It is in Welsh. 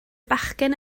bachgen